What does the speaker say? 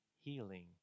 healing